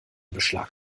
beschlag